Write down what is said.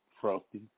frosty